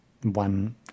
one